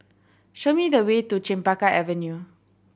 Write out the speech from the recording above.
show me the way to Chempaka Avenue